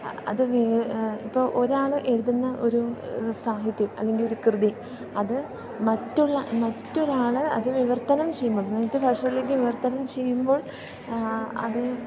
അത് ഇപ്പോൾ ഒരാൾ എഴുതുന്ന ഒരു സാഹിത്യം അല്ലെങ്കിലൊരു കൃതി അത് മറ്റുള്ള മറ്റൊരാൾ അത് വിവർത്തനം ചെയ്യുമ്പോൾ മറ്റ് ഭാഷകളിലേക്ക് വിവർത്തനം ചെയ്യുമ്പോൾ അത്